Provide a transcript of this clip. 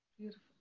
Beautiful